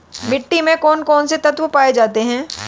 मिट्टी में कौन कौन से तत्व पाए जाते हैं?